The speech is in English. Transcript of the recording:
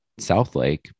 Southlake